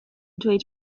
dweud